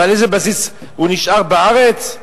ועל איזה בסיס הוא נשאר בארץ?